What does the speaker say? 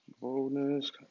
Boldness